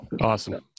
Awesome